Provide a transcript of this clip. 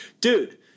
Dude